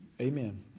amen